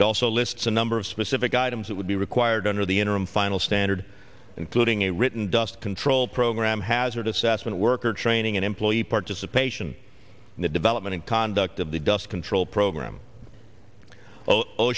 it also lists a number of specific items that would be required under the interim final standard including a written dust control program hazard assessment worker training and employee participation in the development and conduct of the dust control program o